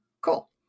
Cool